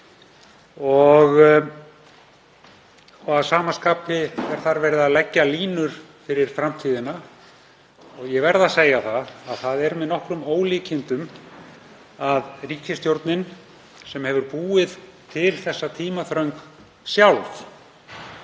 og að sama skapi er þar verið að leggja línur fyrir framtíðina. Ég verð að segja að það er með nokkrum ólíkindum að ríkisstjórnin, sem hefur búið til þessa tímaþröng sjálf,